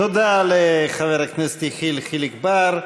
תודה לחבר הכנסת יחיאל חיליק בר.